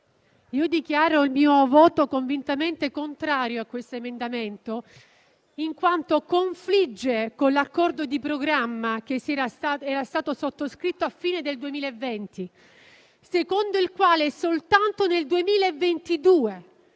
dichiaro il mio voto convintamente contrario a questo emendamento in quanto confligge con l'accordo di programma, sottoscritto a fine 2020, secondo il quale soltanto nel 2022